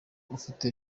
ufite